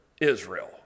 Israel